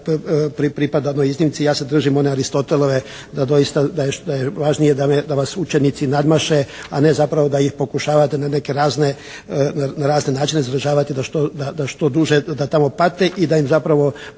pripada onoj iznimci. Ja se držim one Aristotelove da doista, da je važnije da vas učenici nadmaše, a ne zapravo da ih pokušavate na neke razne, na razne načine zadržavati da što duže, da tamo pate i da im zapravo